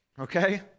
okay